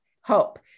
hope